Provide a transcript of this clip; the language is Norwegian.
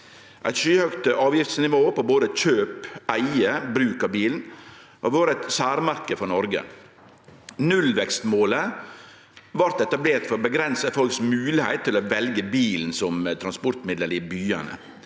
Eit skyhøgt avgiftsnivå på både kjøp, eige og bruk av bil har vore eit særmerke for Noreg. Nullvekstmålet vart etablert for å avgrense moglegheita folk har til å velje bilen som transportmiddel i byane.